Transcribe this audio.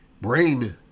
brain